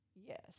Yes